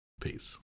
Peace